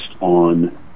on